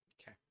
Okay